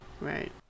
Right